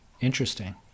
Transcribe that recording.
Interesting